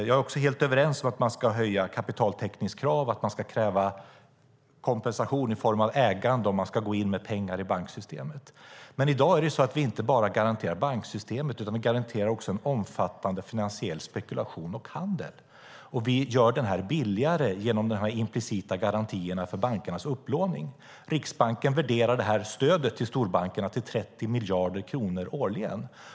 Jag är helt överens om att man ska höja kapitaltäckningskrav och kräva kompensation i form av ägande om man ska gå in med pengar i banksystemet. I dag är det ju så att vi inte bara garanterar banksystemet, utan vi garanterar också en omfattande finansiell spekulation och handel. Vi gör den billigare genom de implicita garantierna för bankernas upplåning. Riksbanken värderar stödet till storbankerna till 30 miljarder kronor årligen.